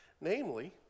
namely